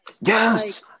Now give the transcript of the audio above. yes